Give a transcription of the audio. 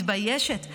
מתביישת,